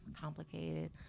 complicated